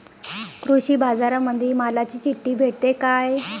कृषीबाजारामंदी मालाची चिट्ठी भेटते काय?